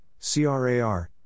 CRAR